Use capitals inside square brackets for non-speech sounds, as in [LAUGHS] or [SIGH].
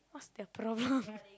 what's their problem [LAUGHS]